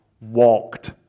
walked